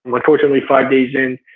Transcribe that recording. unfortunately five days in,